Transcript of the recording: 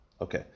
Okay